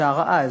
שרה אז.